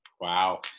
Wow